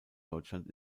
deutschland